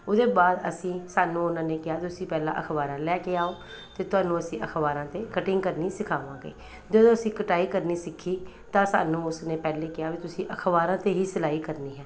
ਉਹਦੇ ਬਾਅਦ ਅਸੀਂ ਸਾਨੂੰ ਉਹਨਾਂ ਨੇ ਕਿਹਾ ਤੁਸੀਂ ਪਹਿਲਾਂ ਅਖ਼ਬਾਰਾਂ ਲੈ ਕੇ ਆਓ ਅਤੇ ਤੁਹਾਨੂੰ ਅਸੀਂ ਅਖ਼ਬਾਰਾਂ 'ਤੇ ਕਟਿੰਗ ਕਰਨੀ ਸਿਖਾਵਾਂਗੇ ਜਦੋਂ ਅਸੀਂ ਕਟਾਈ ਕਰਨੀ ਸਿੱਖੀ ਤਾਂ ਸਾਨੂੰ ਉਸ ਨੇ ਪਹਿਲੇ ਕਿਹਾ ਵੀ ਤੁਸੀਂ ਅਖ਼ਬਾਰਾਂ 'ਤੇ ਹੀ ਸਿਲਾਈ ਕਰਨੀ ਹੈ